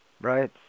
right